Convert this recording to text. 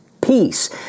peace